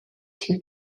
two